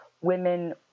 women